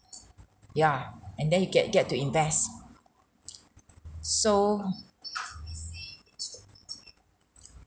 ya and then you get get to invest so